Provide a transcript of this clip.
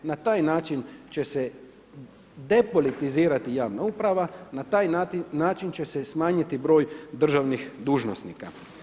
Na taj način će se depolitizirati javna uprava, na taj način će se smanjiti broj državnih dužnosnika.